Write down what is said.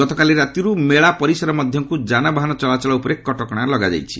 ଗତକାଲି ରାତିର୍ ମେଳା ପରିସର ମଧ୍ୟକ୍ତ ଯାନବାହନ ଚଳାଚଳ ଉପରେ କଟକଣା ଲଗାଯାଇଛି